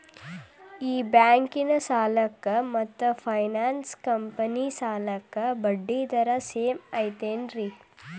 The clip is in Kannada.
ಈ ಬ್ಯಾಂಕಿನ ಸಾಲಕ್ಕ ಮತ್ತ ಫೈನಾನ್ಸ್ ಕಂಪನಿ ಸಾಲಕ್ಕ ಬಡ್ಡಿ ದರ ಸೇಮ್ ಐತೇನ್ರೇ?